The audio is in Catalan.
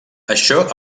això